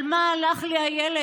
על מה הלך לי הילד?